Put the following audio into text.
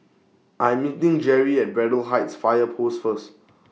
I'm meeting Jerrie At Braddell Heights Fire Post First